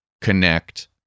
connect